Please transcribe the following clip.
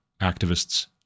activists